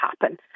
happen